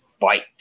Fight